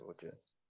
gorgeous